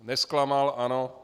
Nezklamal, ano.